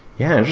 yeah,